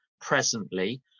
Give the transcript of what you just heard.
presently